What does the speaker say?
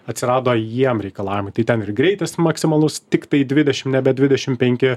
atsirado jiem reikalavimai tai ten ir greitis maksimalus tiktai dvidešim nebe dvidešim penki